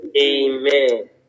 Amen